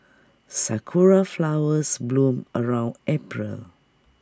Sakura Flowers bloom around April